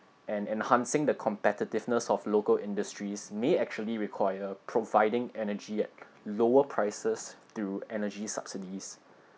and enhancing the competitiveness of local industries may actually require providing energy at lower prices through energy subsidies